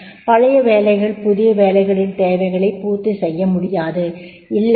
பழைய வேலைகள் புதிய வேலைகளின் தேவைகளைப் பூர்த்தி செய்ய முடியாது இல்லையா